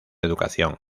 educación